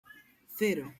cero